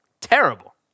Terrible